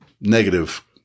negative